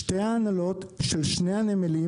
שתי ההנהלות של שני הנמלים